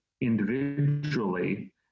individually